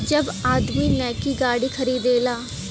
जब आदमी नैकी गाड़ी खरीदेला